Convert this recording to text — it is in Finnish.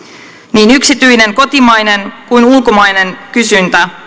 niin yksityinen kotimainen kuin ulkomainen kysyntä